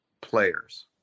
players